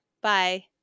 bye